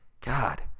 God